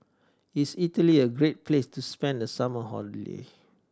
is Italy a great place to spend the summer holiday